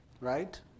right